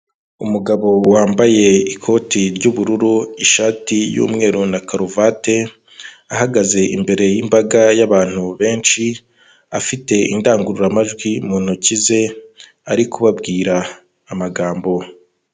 Umugabo wambaye ikoti ry'ubururu, ishati y'umweru, na karuvate, ahagaze imbere y'imbaga y'abantu benshi, afite indangururamajwi mu ntoki ze, ari kubwira amagambo.